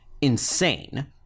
insane